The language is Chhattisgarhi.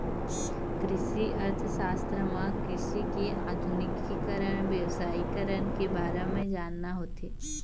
कृषि अर्थसास्त्र म कृषि के आधुनिकीकरन, बेवसायिकरन के बारे म जानना होथे